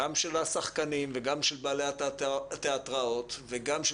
גם של השחקנים וגם של בעלי התיאטראות וגם של